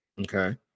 Okay